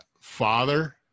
Father